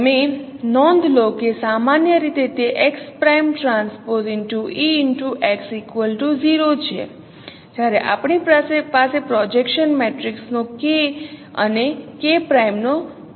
તમે નોંધ લો કે સામાન્ય રીતે તે છે જ્યારે આપણી પાસે પ્રોજેક્શન મેટ્રિક્સ નો K અને K' નો કોઈ ખ્યાલ નથી